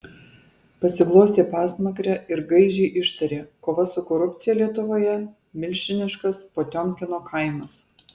pasiglostė pasmakrę ir gaižiai ištarė kova su korupcija lietuvoje milžiniškas potiomkino kaimas